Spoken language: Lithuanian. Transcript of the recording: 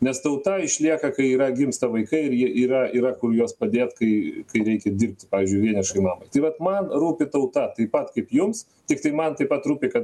nes tauta išlieka kai yra gimsta vaikai ir jie yra yra kur juos padėt kai kai reikia dirbt pavyzdžiui vienišai mamai tai vat man rūpi tauta taip pat kaip jums tiktai man taip pat rūpi kad